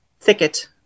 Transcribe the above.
thicket